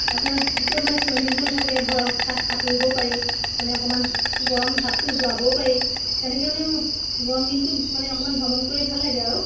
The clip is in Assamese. আপোনাৰ য'ত মানে ছুইমিং পুল থাকে ধৰক তাত সাঁতুৰিবও পাৰি মানে অকণমান গৰম ভাবটো যোৱাবও পাৰি তেনেকৈ মানে গৰম দিনটোত অকণমান ভ্ৰমণ কৰি ভাল লাগে আৰু